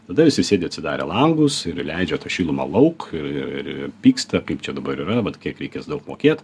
tada visi sėdi atsidarę langus ir leidžia tą šilumą lauk ir ir ir pyksta kaip čia dabar yra vat kiek reikės daug mokėt